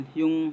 yung